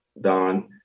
Don